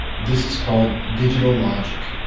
this is called digital logic.